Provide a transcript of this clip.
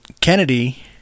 Kennedy